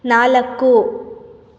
ನಾಲ್ಕು